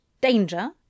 Danger